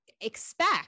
expect